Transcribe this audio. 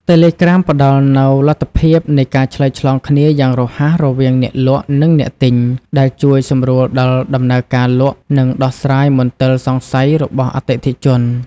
តេឡេក្រាមផ្តល់នូវលទ្ធភាពនៃការឆ្លើយឆ្លងគ្នាយ៉ាងរហ័សរវាងអ្នកលក់ និងអ្នកទិញ ដែលជួយសម្រួលដល់ដំណើរការលក់ និងដោះស្រាយមន្ទិលសង្ស័យរបស់អតិថិជន។